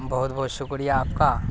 بہت بہت شکریہ آپ کا